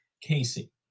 Casey